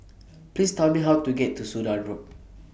Please Tell Me How to get to Sudan Road